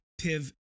PIV